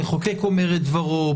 המחוקק אומר את דברו,